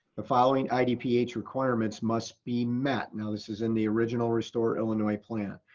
the following idph requirements must be met. now, this is in the original restore illinois plan.